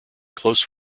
close